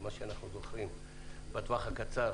ממה שאנחנו זוכרים בטווח הקצר,